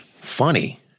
funny